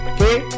Okay